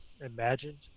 imagined